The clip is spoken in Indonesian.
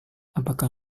apakah